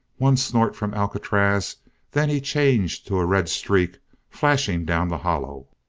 one snort from alcatraz then he changed to a red streak flashing down the hollow.